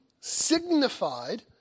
signified